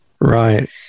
Right